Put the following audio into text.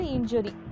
Injury